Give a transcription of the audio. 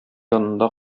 янында